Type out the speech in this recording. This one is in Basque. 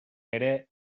ere